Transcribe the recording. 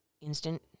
instant